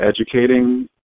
educating